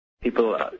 people